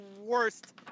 worst